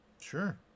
Sure